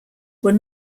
were